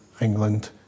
England